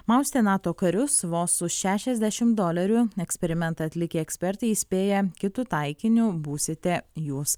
maustė nato karius vos už šešiasdešimt dolerių eksperimentą atlikę ekspertai įspėja kitu taikiniu būsite jūs